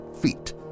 feet